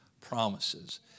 promises